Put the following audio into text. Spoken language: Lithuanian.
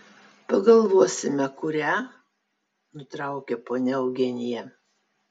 pagalvosime kurią nutraukė ponia eugenija